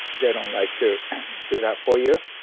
they don't like to do that for you,